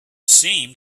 seemed